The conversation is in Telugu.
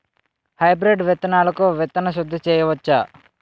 హైబ్రిడ్ విత్తనాలకు విత్తన శుద్ది చేయవచ్చ?